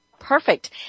Perfect